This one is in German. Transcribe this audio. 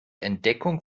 entdeckung